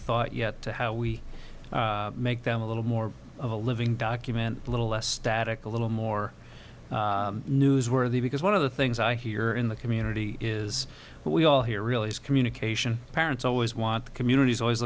thought yet to how we make them a little more of a living document a little less static a little more newsworthy because one of the things i hear in the community is we all here really is communication parents always want communities always